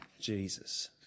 Jesus